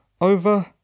over